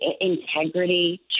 integrity